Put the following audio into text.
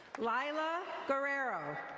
lila guerrero.